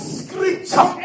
scripture